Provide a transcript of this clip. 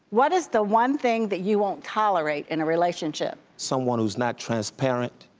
what is the one thing that you won't tolerate in a relationship. someone who's not transparent,